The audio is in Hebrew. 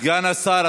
סגן השר,